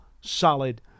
solid